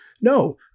No